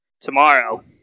tomorrow